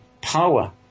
power